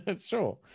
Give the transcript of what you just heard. Sure